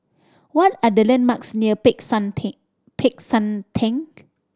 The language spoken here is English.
what are the landmarks near Peck San Theng Peck San Theng